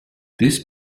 this